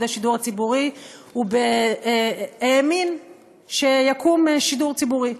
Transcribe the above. השידור הציבורי הוא האמין שיקום שידור ציבורי.